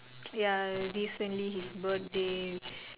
ya recently his birthday